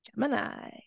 Gemini